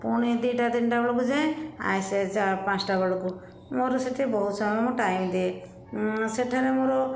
ପୁଣି ଦୁଇଟା ତିନିଟା ବେଳକୁ ଯାଏ ଆସେ ପାଞ୍ଚଟା ବେଳକୁ ମୋର ସେଇଠି ବହୁତ ସମୟ ଟାଇମ ଦିଏ ସେଠାରେ ମୋର